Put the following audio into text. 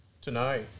Tonight